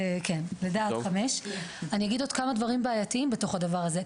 אני אגיד עוד כמה דברים בעייתיים בתוך הדבר הזה,